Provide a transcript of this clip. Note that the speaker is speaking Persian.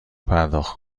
پرداخت